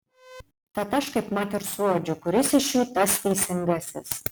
tad aš kaipmat ir suuodžiu kuris iš jų tas teisingasis